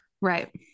right